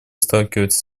сталкивается